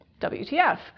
WTF